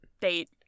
Date